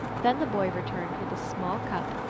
then the boy returned with a small up,